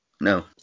no